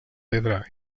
pedra